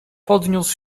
podniósł